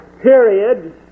period